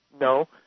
No